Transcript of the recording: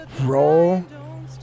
Roll